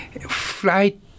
flight